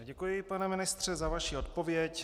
Děkuji, pane ministře, za vaši odpověď.